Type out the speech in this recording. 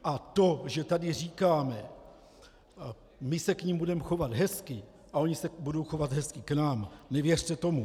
A to, že tady říkáme, že my se k nim budeme chovat hezky a oni se budou chovat hezky k nám nevěřte tomu.